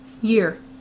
Year